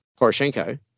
Poroshenko